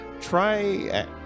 try